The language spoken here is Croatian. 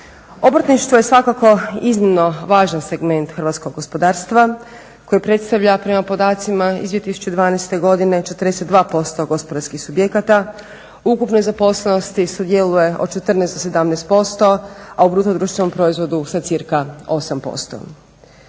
Obrtništvo je svakako iznimno važan segment hrvatskog gospodarstva koji predstavlja prema podacima iz 2012. godine 42% gospodarskih subjekata, ukupne zaposlenosti sudjeluje od 14 do 17% a u bruto društvenom proizvodu sa cca. 8%.